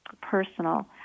personal